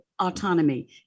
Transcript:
autonomy